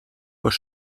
was